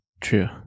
True